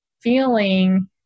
feeling